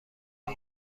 بین